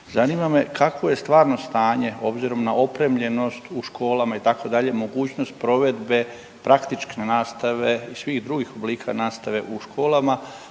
Zanima me kakvo je stvarno stanje obzirom na opremljenost u školama itd., mogućnost provedbe praktične nastave i svih drugih oblika nastave u školama